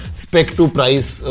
spec-to-price